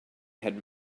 had